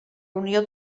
unió